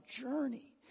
journey